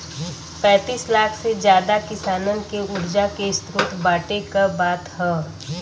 पैंतीस लाख से जादा किसानन के उर्जा के स्रोत बाँटे क बात ह